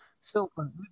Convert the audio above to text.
Silicon